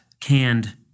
canned